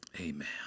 Amen